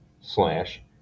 slash